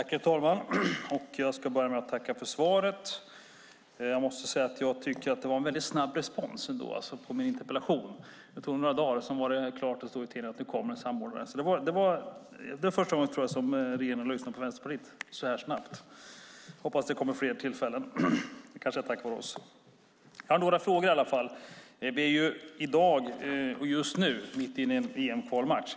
Herr talman! Jag ska börja med att tacka för svaret. Jag måste säga att det var en väldigt snabb respons på min interpellation. Det tog några dagar, och sedan var det klart med en samordnare. Det tror jag är första gången regeringen har lyssnat på Vänsterpartiet så snabbt. Hoppas det kommer fler tillfällen! Jag har några frågor i alla fall. I dag och just nu är vi inne i en EM-kvalmatch.